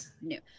new